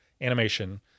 animation